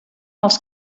els